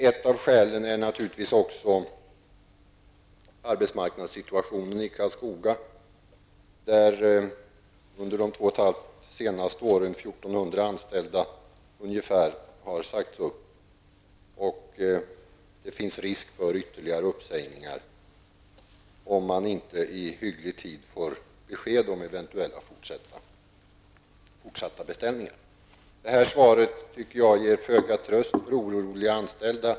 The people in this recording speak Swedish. Ett av skälen är naturligtvis också arbetsmarknadssituationen i Karlskoga. Under de senaste två och ett halvt åren har ca 1 400 anställda sagts upp. Det finns risk för ytterligare uppsägningar, om man inte i relativt god tid får besked om eventuella fortsatta beställningar. Jag tycker att svaret ger föga tröst för oroliga anställda.